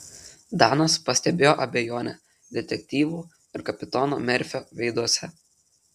danas pastebėjo abejonę detektyvų ir kapitono merfio veiduose